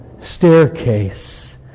staircase